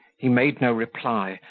he made no reply,